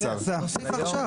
הראש.